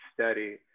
study